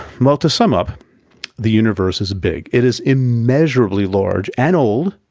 well, to sum up the universe is big. it is immeasurably large and old,